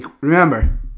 Remember